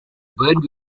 burn